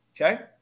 Okay